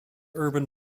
urban